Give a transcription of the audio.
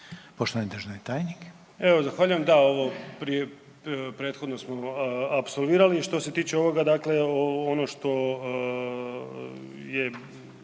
poštovani državni tajnici,